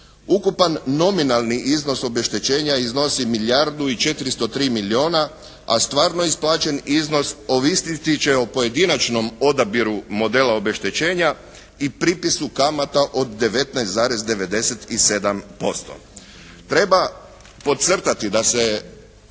Ukupan nominalni iznos obeštećenja iznosi milijardu i 403 milijuna, a stvarno isplaćen iznos ovisiti će o pojedinačnom odabiru modela obeštećenja i pripisu kamata od 19,97%. Treba podcrtati da je